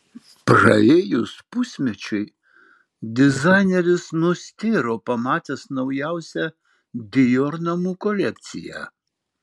praėjus pusmečiui dizaineris nustėro pamatęs naujausią dior namų kolekciją